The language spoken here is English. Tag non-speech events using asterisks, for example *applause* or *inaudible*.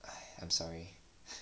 *breath* I'm sorry *breath*